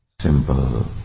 Simple